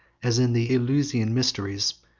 as in the eleusinian mysteries,